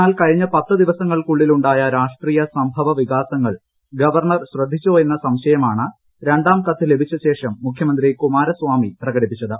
എന്നാൽ കഴിഞ്ഞ പത്ത് ദിവസങ്ങൾക്കുളളിൽ ഉണ്ടായ രാഷ്ട്രീയ സംഭവവികാസങ്ങൾ ഗവർണർ ശ്രദ്ധിച്ചോ എന്ന സംശയമാണ് രണ്ടാം കത്ത് ലഭിച്ച ശേഷം മുഖ്യമന്ത്രി കുമാരസ്വാമി പ്രകടിപ്പിച്ചത്